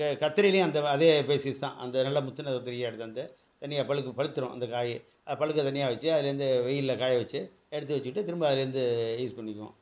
க கத்திரிலியும் அந்த அதே பேஸிஸ் தான் அந்த நல்ல முற்றின கத்திரியாக எடுத்தாந்து தனியாக பழு பழுத்துரும் அந்த காய் பழுக்க தனியாக வச்சு அதுலேருந்து வெயிலில் காய வச்சு எடுத்து வச்சுக்கிட்டு திரும்ப அதுலேருந்து யூஸ் பண்ணிக்குவோம்